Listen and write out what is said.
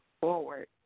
forward